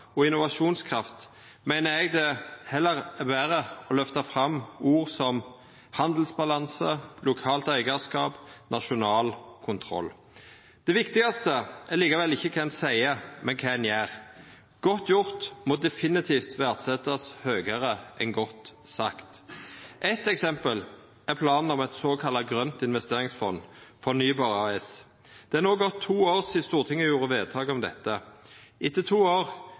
og innovasjonskraft, meiner eg det heller er betre å løfta fram ord som handelsbalanse, lokalt eigarskap og nasjonal kontroll. Det viktigaste er likevel ikkje kva ein seier, men kva ein gjer. «Godt gjort» må definitivt verdsetjast høgare enn «godt sagt». Eitt eksempel er planen om at eit såkalla grønt investeringsfond, Fornybar AS. Det er no gått to år sidan Stortinget gjorde vedtak om dette. Etter to år